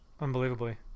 Unbelievably